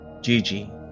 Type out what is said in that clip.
Gigi